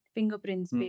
Fingerprints